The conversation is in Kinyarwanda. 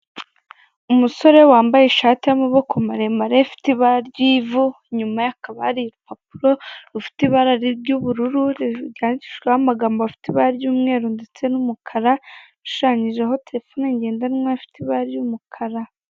Umusore wambaye ishati y'amaboko maremare ifite ibara ry'ivu inyuma ye hakaba hari ibipapuro, bifite ibara ry'ubururu ryanditsweho amagambo afite ibara ry'umweru ndetse numukara hashushanyijeho terefone ngendanwa ifite ibara ry'umukara.